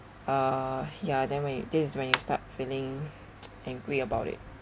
uh ya then when this is when you start feeling angry about it